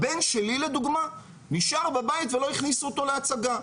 הבן שלי לדוגמה נשאר בבית ולא הכניסו אותו להצגה,